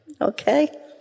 okay